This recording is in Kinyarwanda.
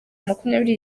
makumyabiri